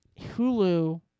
Hulu